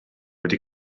wedi